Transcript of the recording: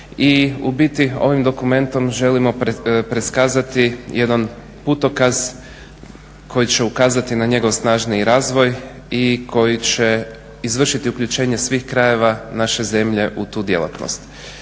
ovim dokumentom želimo pretkazati jedan putokaz koji će ukazati na njegov snažniji razvoj i koji će izvršiti uključenje svih krajeva naše zemlje u tu djelatnost.